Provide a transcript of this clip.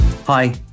Hi